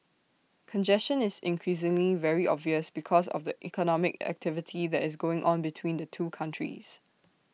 congestion is increasingly very obvious because of the economic activity that is going on between the two countries